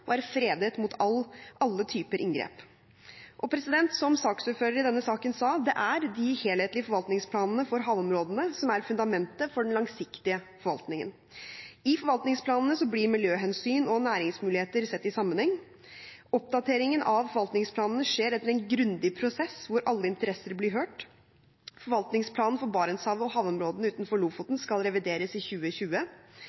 og er fredet mot alle typer inngrep. Som saksordføreren i denne saken sa, er det de helhetlige forvaltningsplanene for havområdene som er fundamentet for den langsiktige forvaltningen. I forvaltningsplanene blir miljøhensyn og næringsmuligheter sett i sammenheng. Oppdateringen av forvaltningsplanene skjer etter en grundig prosess hvor alle interesser blir hørt. Forvaltningsplanen for Barentshavet og havområdene utenfor Lofoten